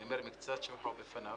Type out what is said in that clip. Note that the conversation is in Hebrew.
אני אומר מקצת שבחו בפניו.